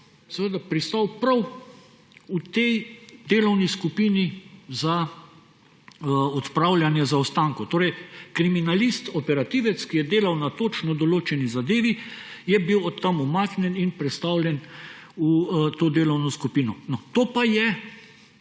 opreme, pristal prav v tej delovni skupini za odpravljanje zaostankov. Torej kriminalist operativec, ki je delal na točno določeni zadevi, je bil od tam umaknjen in prestavljen v to delovno skupino. To pa je